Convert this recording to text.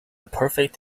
perfect